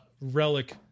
relic